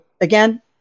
again